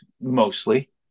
mostly